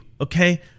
okay